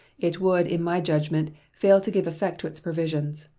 it would, in my judgment, fail to give effect to its provisions.